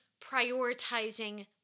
prioritizing